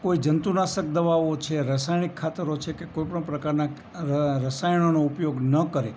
કોઈ જંતુનાશક દવાઓ છે રસાયણીક ખાતરો છે કે કોઈ પણ પ્રકારનાં રસાયણોનો ઉપયોગ ન કરે